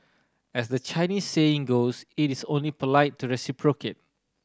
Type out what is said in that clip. as the Chinese saying goes it is only polite to reciprocate